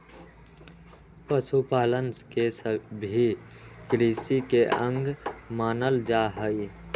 पशुपालन के भी कृषिकार्य के अंग मानल जा हई